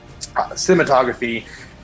Cinematography